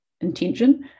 intention